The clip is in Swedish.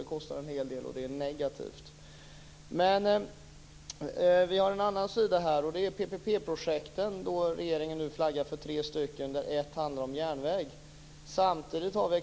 Det kostar en hel del, och det är negativt. Vi har också en annan sida, nämligen PPP projekten. Regeringen flaggar nu för tre stycken, varav ett handlar om järnväg. Samtidigt är alla